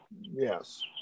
Yes